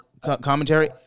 commentary